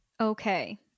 okay